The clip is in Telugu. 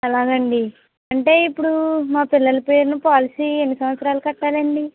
అలాగండి అంటే ఇప్పుడూ మా పిల్లల పేరున పాలసీ ఎన్ని సంవత్సరాలు కట్టాలండి